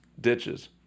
ditches